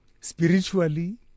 spiritually